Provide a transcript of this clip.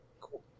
Cool